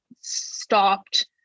stopped